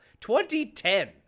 2010